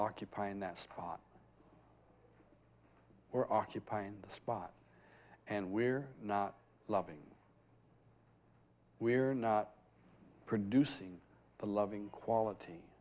occupying that spot or occupying the spot and we're not loving we're not producing the loving quality